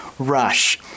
Rush